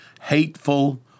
hateful